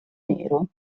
nero